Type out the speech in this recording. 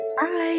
Bye